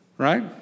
right